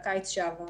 שעבר.